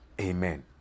amen